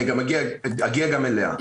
אני אגיע גם אליה.